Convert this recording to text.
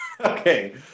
Okay